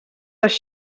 les